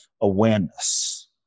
awareness